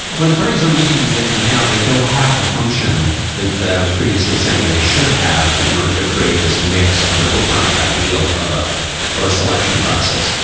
when the parties are weakened, as they do now, they don't have the function that was previously saying they should have to in order to create this mix for the platonic ideal of a of a selection process.